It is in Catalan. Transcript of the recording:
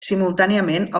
simultàniament